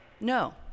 No